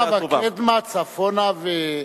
ימה וקדמה, צפונה ונגבה.